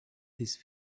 this